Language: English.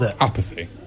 apathy